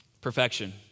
perfection